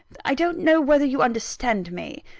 i don't know whether you understand me?